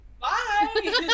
Bye